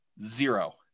zero